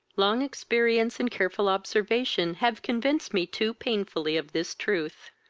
long experience and careful observation have convinced me too painfully of this truth.